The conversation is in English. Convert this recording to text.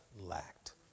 lacked